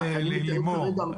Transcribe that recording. כרגע --- לא, זה ללימור.